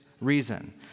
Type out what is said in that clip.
Reason